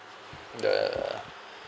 the